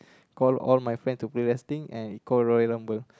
call all my friend to play wrestling and he call Royal Rumble